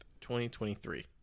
2023